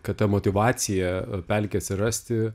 kad ta motyvacija pelkė atsirasti